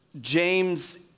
James